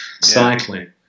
cycling